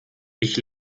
ich